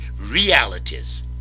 realities